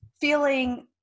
feeling